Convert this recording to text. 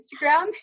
Instagram